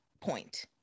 point